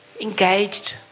engaged